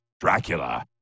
Dracula